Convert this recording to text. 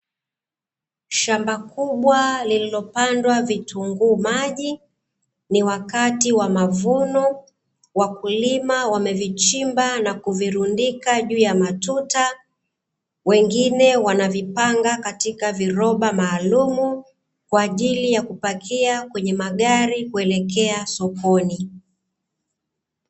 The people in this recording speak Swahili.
Shamba kubwa lililopandwa vitunguu maji, ni wakati wa mavuno, wakulima wamevichimba na kuvirundika juu ya matuta, wengine wanavipanga katika viroba maalumu, kwa ajili ya kupakia kwenye magari kuelekea sokoni.